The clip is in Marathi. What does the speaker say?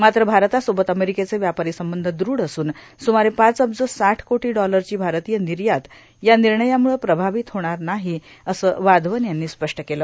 मात्र भारतासोबत अर्मेरकेचे व्यापारां संबंध दृढ असून सुमारे पाच अब्ज साठ कोटां डॉलरची भारतीय र्यानयांत या र् ानणयामुळं प्रभावत होणार नाहोअसं वाधवन यांनी स्पष्ट केलं